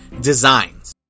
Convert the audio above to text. designs